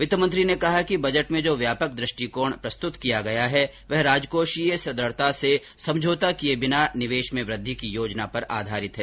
वित्तमंत्री ने कहा कि बजट में र्जा व्यापक दृष्टिकोण प्रस्तुत किया गया है वह राजकोषीय सुदृढता से समझौता किये बिना निवेश में वृद्धि की योजना पर आधारित है